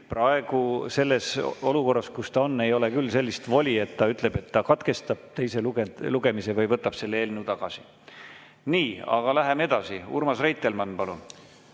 praegu selles olukorras, kus ta on, ei ole küll sellist voli, et ta ütleb, et ta katkestab teise lugemise või võtab selle eelnõu tagasi. Nii, aga läheme edasi. Urmas Reitelmann, palun!